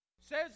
says